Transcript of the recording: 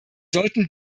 sollten